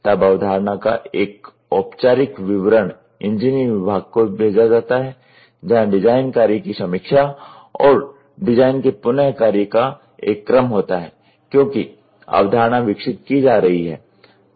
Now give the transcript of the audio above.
तब अवधारणा का एक औपचारिक विवरण इंजीनियरिंग विभाग को भेजा जाता है जहां डिजाइन कार्य की समीक्षा और डिजाइन के पुन कार्य का एक क्रम होता है क्योंकि अवधारणा विकसित की जा रही है